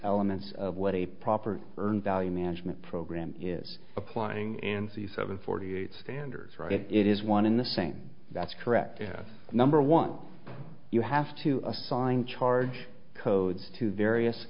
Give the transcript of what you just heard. elements of what a proper earned value management program is applying and the seven forty eight standards right it is one in the same that's correct number one you have to assign charge codes to various